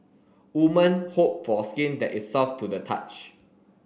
woman hope for skin that is soft to the touch